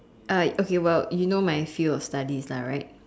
I okay well you know my field of studies lah right